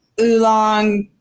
Oolong